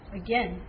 again